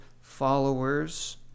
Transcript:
followers